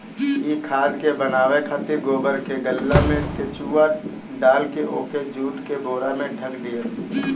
इ खाद के बनावे खातिर गोबर के गल्ला में केचुआ डालके ओके जुट के बोरा से ढक दियाला